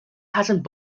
patterned